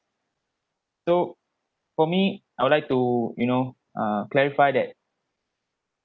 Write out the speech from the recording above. so for me I would like to you know uh clarify that